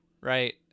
right